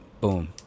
boom